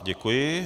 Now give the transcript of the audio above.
Děkuji.